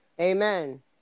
Amen